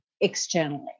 externally